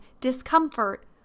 discomfort